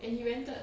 and he rented